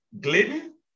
Glidden